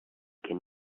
can